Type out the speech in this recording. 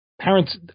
Parents